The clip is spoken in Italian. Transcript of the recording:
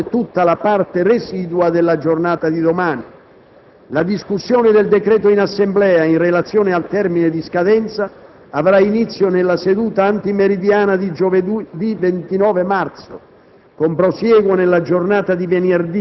che pertanto avranno a disposizione tutta la parte residua della giornata di domani. La discussione del decreto in Assemblea, in relazione al termine di scadenza, avrà inizio nella seduta antimeridiana di giovedì 29 marzo